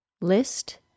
List